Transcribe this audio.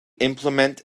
implement